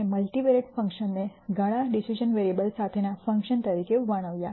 અમે મલ્ટિવેરિયેટ ફંક્શનને ઘણાં ડિસિઝન વેરીએબલ્સ સાથેના ફંકશન તરીકે વર્ણવ્યા